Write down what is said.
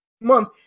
month